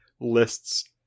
lists